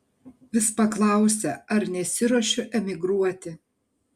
vis paklausia ar nesiruošiu emigruoti